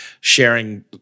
sharing